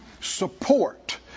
support